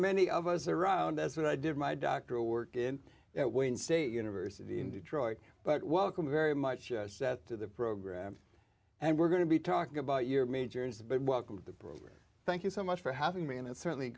many of us around as what i did my doctoral work in at wayne state university in detroit but welcome very much to the program and we're going to be talking about your major is but welcome to the program thank you so much for having me and it's certainly